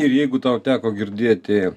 ir jeigu tau teko girdėti